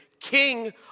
king